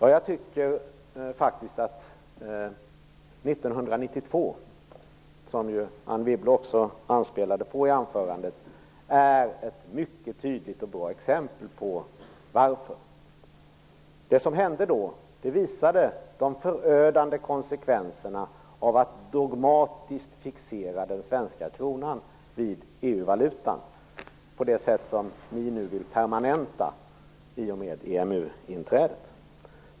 Anne Wibble anspelade på det som hände 1992 i sitt anförande. Det är ett mycket tydligt och bra exempel på varför det är bättre att stå utanför. Det som då hände visade de förödande konsekvenserna av att dogmatiskt fixera den svenska kronan vid EU-valutan på det sätt som ni nu vill permanenta i och med ett EMU-inträde.